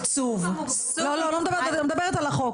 אני מדברת על החוק,